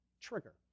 trigger